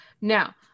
now